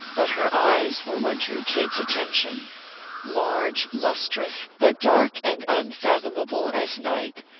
but her eyes were what drew kate's attention large, lustrous, but dark and unfathomable as night,